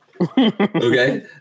okay